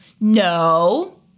No